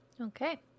Okay